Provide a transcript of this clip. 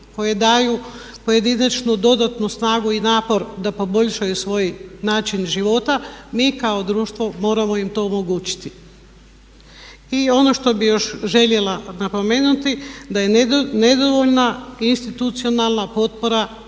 koje daju pojedinačnu dodatnu snagu i napor da poboljšaju svoj način života mi kao društvo moramo im to omogućiti. I ono što bih još željela napomenuti da je nedovoljna institucionalna potpora